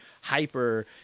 hyper